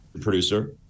Producer